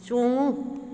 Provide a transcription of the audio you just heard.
ꯆꯣꯡꯉꯨ